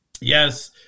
yes